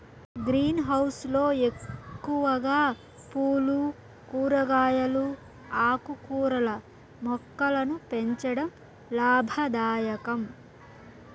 green house లో ఎక్కువగా పూలు, కూరగాయలు, ఆకుకూరల మొక్కలను పెంచడం లాభదాయకం